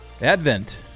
Advent